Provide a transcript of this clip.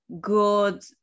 good